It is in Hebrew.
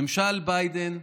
ממשל ביידן,